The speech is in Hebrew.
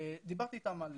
דיברתי איתם על